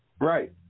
Right